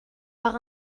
par